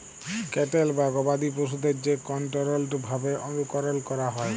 cattle বা গবাদি পশুদের যে কনটোরোলড ভাবে অনুকরল ক্যরা হয়